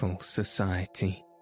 society